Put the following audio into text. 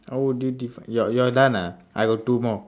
how would you define you're you're done ah I got two more